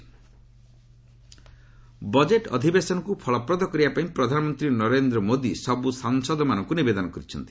PM budget session budget ଅଧିବେଶନକୁ ଫଳପ୍ରଦ କରିବା ପାଇଁ ପ୍ରଧାନମନ୍ତ୍ରୀ ନରେନ୍ଦ୍ର ମୋଦି ସବୁ ସାଂସଦମାନଙ୍କୁ ନିବେଦନ କରିଛନ୍ତି